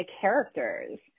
characters